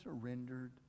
surrendered